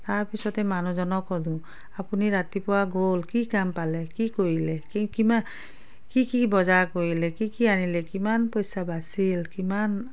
তাৰ পিছতেই মানুহজনক সোধোঁ আপুনি ৰাতিপুৱা গ'ল কি কাম পালে কি কৰিলে কি কিমা কি কি বজাৰ কৰিলে কি কি আনিলে কিমান পইচা বাচিল কিমান